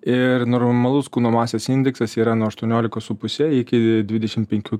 ir normalus kūno masės indeksas yra nuo aštuoniolikos su puse iki dvidešim penkių